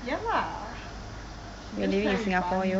ya lah she just trying to be funny lah